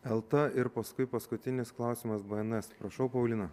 elta ir paskui paskutinis klausimas bns prašau paulina